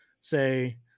say